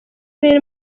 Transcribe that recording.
nari